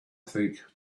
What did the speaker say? think